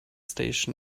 station